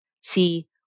see